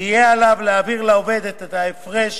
יהיה עליו להעביר לעובד את ההפרש